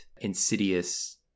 insidious